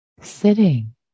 sitting